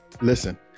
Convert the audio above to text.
Listen